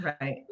Right